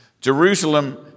Jerusalem